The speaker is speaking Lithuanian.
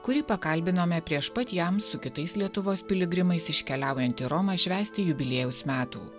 kurį pakalbinome prieš pat jam su kitais lietuvos piligrimais iškeliaujant į romą švęsti jubiliejaus metų